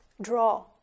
Draw